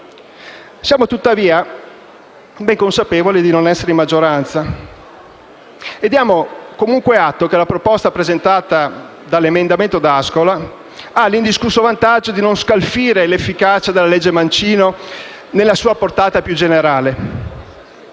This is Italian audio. Siamo tuttavia ben consapevoli di non essere in maggioranza e diamo comunque atto che la proposta presentata dall'emendamento D'Ascola ha l'indiscusso vantaggio di non scalfire l'efficacia della legge Mancino nella sua portata più generale.